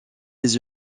les